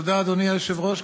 תודה, אדוני היושב-ראש.